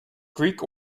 greek